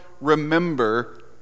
remember